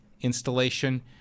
installation